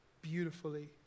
Beautifully